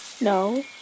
No